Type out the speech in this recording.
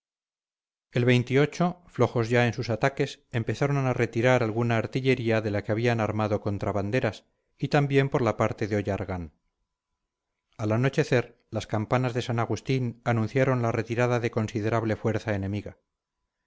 el flojos ya en sus ataques empezaron a retirar alguna artillería de la que habían armado contra banderas y también por la parte de ollargan al anochecer las campanas de san agustín anunciaron la retirada de considerable fuerza enemiga